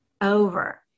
over